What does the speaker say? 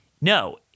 no